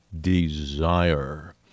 desire